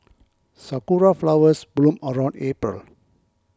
sakura flowers bloom around April